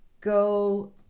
go